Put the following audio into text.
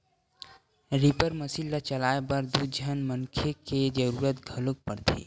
reaper machine ल चलाए बर दू झन मनखे के जरूरत घलोक परथे